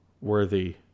worthy